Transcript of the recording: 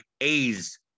A's